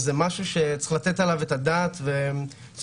זה משהו שצריך לתת עליו את הדעת ואשמח